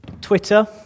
Twitter